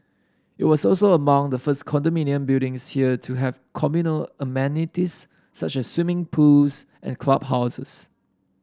it was also among the first condominium buildings here to have communal amenities such as swimming pools and clubhouses